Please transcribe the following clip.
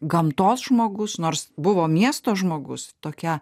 gamtos žmogus nors buvo miesto žmogus tokia